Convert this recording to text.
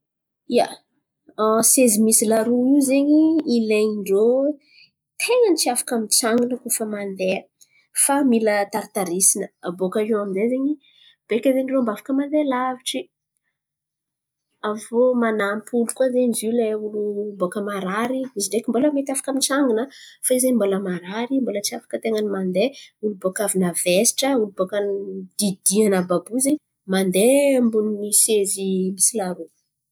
Ia, sezy misy laro io zen̈y ilain-drô ten̈a tsy afaka mitsangana koa famandeha fa mila taritarisana. Abôkaiô amy zay zen̈y beka zen̈y irô mba afaka mandeha lavitry. Aviô manampy olo koa zen̈y zio lay olo boaka marary, izy ndreky mbola mety afaka mitsangana. Fa izy zen̈y mbola marary mbola tsy afaka ten̈a ny mandeha, olo boaka avy navesatra, olo boaka nididiana àby àby io zen̈y mandeha ambonin'ny sezy misy laro.